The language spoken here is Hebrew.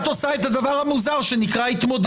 את עושה את הדבר המוזר שנקרא "התמודדות".